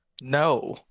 No